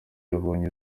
yabonye